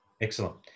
Excellent